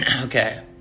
Okay